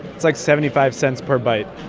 it's, like, seventy five cents per bite